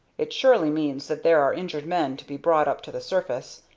it surely means that there are injured men to be brought up to the surface,